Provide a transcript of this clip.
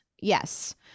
Yes